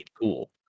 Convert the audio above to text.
cool